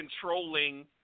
controlling